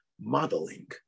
modeling